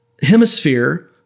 hemisphere